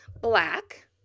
black